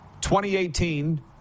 2018